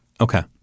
Okay